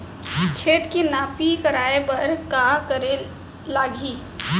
खेत के नापी करवाये बर का करे लागही?